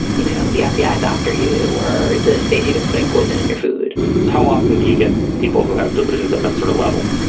you know, the fbi is after you or the safe havens putting poison in your food how often do you get people who have delusions of that sort of level?